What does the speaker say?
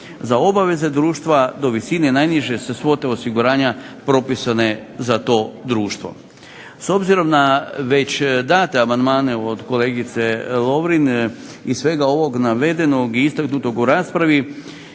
za obaveze društva do visine najniže svote osiguranja propisane za to društvo. S obzirom na već date amandmane od kolegice Lovrin i svega ovog navedenog i istaknutog u raspravi